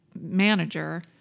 manager